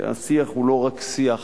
השיח הוא לא רק שיח